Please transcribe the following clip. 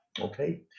okay